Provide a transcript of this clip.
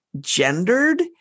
gendered